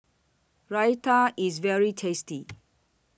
Raita IS very tasty